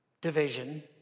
division